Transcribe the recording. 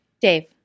Dave